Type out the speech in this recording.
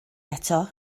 eto